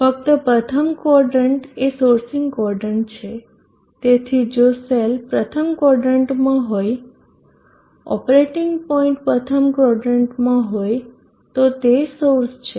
ફક્ત પ્રથમ ક્વોદરન્ટ એ સોર્સિંગ ક્વોદરન્ટ છે તેથી જો સેલ પ્રથમ ક્વોદરન્ટમાં હોય ઓપરેટિંગ પોઈન્ટ પ્રથમ ક્વોદરન્ટમાં હોય તો તે સોર્સ છે